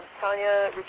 Tanya